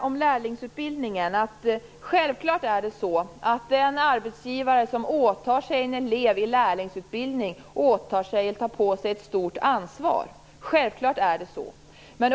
Om lärlingsutbildningen vill jag säga att det är självklart att den arbetsgivare som åtar en elev i lärlingsutbildning också tar på sig ett stort ansvar.